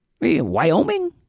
Wyoming